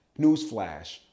Newsflash